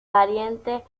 pariente